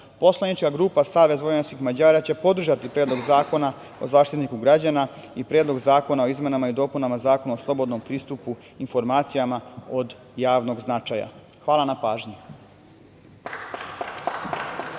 poslanička grupa SVM će podržati Predlog zakona o Zaštitniku građana i Predlog zakona o izmenama i dopunama Zakona o slobodnom pristupu informacijama od javnog značaja. Hvala na pažnji.